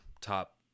top